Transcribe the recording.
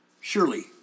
Surely